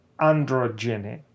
Androgyny